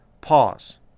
pause